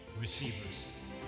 receivers